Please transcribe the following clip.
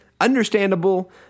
understandable